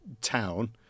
town